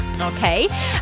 Okay